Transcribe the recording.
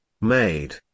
made